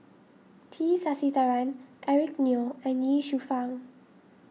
T Sasitharan Eric Neo and Ye Shufang